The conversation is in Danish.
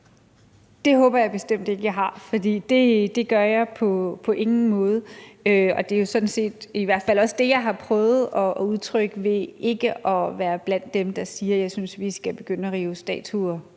Det håber jeg bestemt ikke jeg har gjort, for det gør jeg på ingen måde. Og det er sådan set også det, jeg i hvert fald har prøvet at udtrykke ved ikke at være blandt dem, der siger, at jeg synes, vi skal begynde at rive statuer